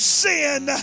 sin